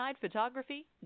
photography